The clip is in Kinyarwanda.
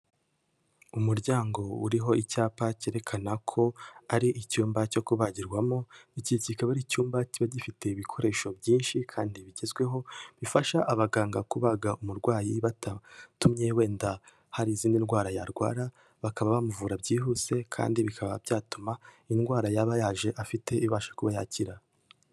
Umuryango uriho icyapa cyerekana ko ari icyumba cyo kubagirwamo, iki kikaba ari icyumba kiba gifite ibikoresho byinshi kandi bigezweho, bifasha abaganga kubaga umurwayi batatumye wenda hari izindi ndwara yarwara, bakaba bamuvura byihuse kandi bikaba byatuma indwara yaba yaje afite ibasha kuba yakira.